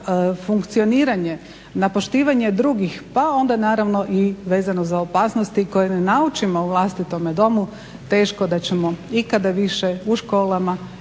na funkcioniranje, na poštivanje drugih pa onda naravno i vezano za opasnosti koje ne naučimo u vlastitome domu teško da ćemo ikada više u školama